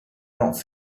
not